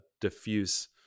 diffuse